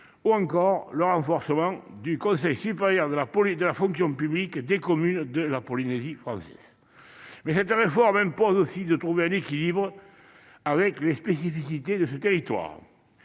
ou encore le renforcement du Conseil supérieur de la fonction publique des communes de la Polynésie française. Cependant, cette réforme impose aussi de trouver un équilibre avec les spécificités de ces territoires.